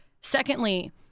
Secondly